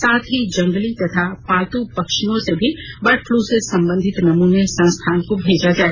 साथ ही जंगली तथा पालतू पशुओं से भी बर्ड फ़लू से संबंधित नमूने संस्थान को भेजा जाय